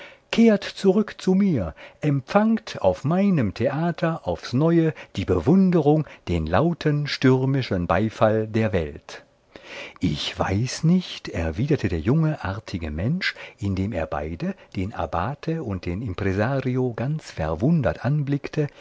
kehrt zurück zu mir empfangt auf meinem theater auf's neue die bewunderung den lauten stürmischen beifall der welt ich weiß nicht erwiderte der junge artige mensch indem er beide den abbate und den impresario ganz verwundert anblickte